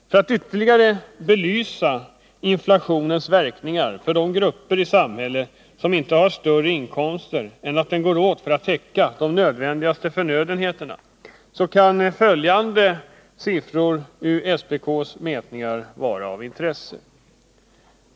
För att ytterligare belysa inflationens verkningar för de grupper i samhället som inte har större inkomster än att de går åt för att täcka kostnaderna för de nödvändigaste förnödenheterna kan följande siffror ur SPK:s mätningar vara av intresse.